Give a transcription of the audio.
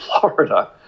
Florida